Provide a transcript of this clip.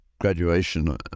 graduation